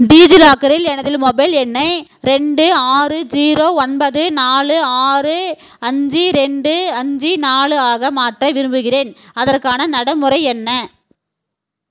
டிஜிலாக்கரில் எனதில் மொபைல் எண்ணை ரெண்டு ஆறு ஜீரோ ஒன்பது நாலு ஆறு அஞ்சு ரெண்டு அஞ்சு நாலு ஆக மாற்ற விரும்புகிறேன் அதற்கான நடைமுறை என்ன